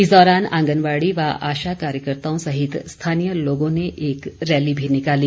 इस दौरान आंगनबाड़ी व आशा कार्यकर्ताओं सहित स्थानीय लोगों ने एक रैली भी निकाली